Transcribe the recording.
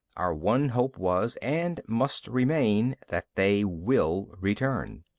our one hope was, and must remain, that they will return.